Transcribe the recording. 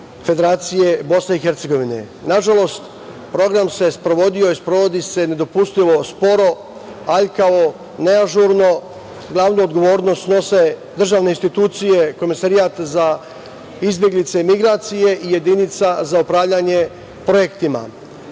Federacija BiH.Nažalost, program se sprovodio i sprovodi se nedopustivo sporo, aljkavo, neažurno. Glavnu odgovornost snose državne institucije, Komesarijat za izbeglice i migracije i jedinica za upravljanje projektima. Komesarijat